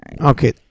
okay